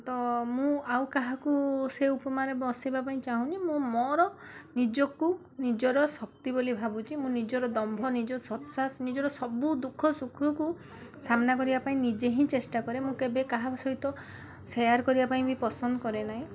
ତ ମୁଁ ଆଉ କାହାକୁ ସେ ଉପମାରେ ବସାଇବା ପାଇଁ ଚାହୁଁନି ମୁଁ ମୋର ନିଜକୁ ନିଜର ଶକ୍ତି ବୋଲି ଭାବୁଛି ମୁଁ ନିଜର ଦମ୍ଭ ନିଜର ସତ୍ସାହସ ନିଜର ସବୁ ଦୁଃଖ ସୁଖକୁ ସାମ୍ନା କରିବା ପାଇଁ ନିଜେ ହିଁ ଚେଷ୍ଟା କରେ ମୁଁ କେବେ କାହା ସହିତ ସେୟାର୍ କରିବା ପାଇଁ ବି ପସନ୍ଦ କରେ ନାହିଁ